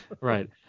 right